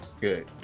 Good